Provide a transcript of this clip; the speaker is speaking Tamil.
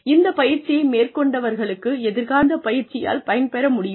இந்த பயிற்சியை மேற்கொண்டவர்களுக்கு எதிர்காலத்திலும் இந்த பயிற்சியால் பயன் பெற முடியுமா